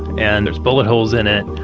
and there's bullet holes in it.